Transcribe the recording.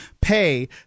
pay